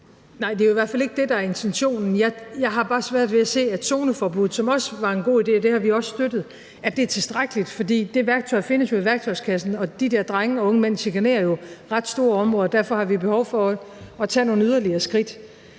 Nej, det er jo i hvert fald ikke det, der er intentionen. Jeg har bare svært ved at se, at zoneforbuddet, som også var en god idé – og det har vi også støttet – er tilstrækkeligt, for det værktøj findes jo i værktøjskassen. De der drenge og unge mænd chikanerer jo ret store områder, og derfor har vi behov for at tage nogle yderligere skridt.